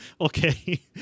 okay